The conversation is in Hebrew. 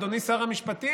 אדוני שר המשפטים.